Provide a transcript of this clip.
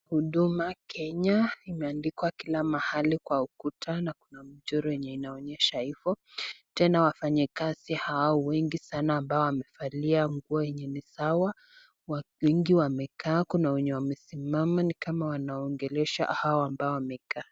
Huduma Kenya imeandikwa kila mahali kwa ukuta na kuna mchoro yenye inaonyesha hivo, tena wafanyikazi hao wengi sana ambao wamevalia nguo yenye ni sawa ,wengi wamekaa kuna wenye wamesimama ni kama wanaongelesha hawa ambao wamekaa.